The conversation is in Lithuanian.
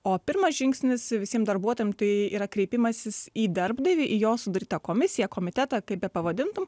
o pirmas žingsnis visiem darbuotojam tai yra kreipimasis į darbdavį į jo sudarytą komisiją komitetą kaip bepavadintum